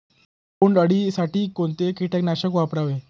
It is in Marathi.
बोंडअळी साठी कोणते किटकनाशक वापरावे?